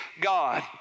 God